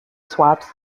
swaps